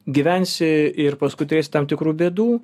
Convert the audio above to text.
gyvensi ir paskui turėsi tam tikrų bėdų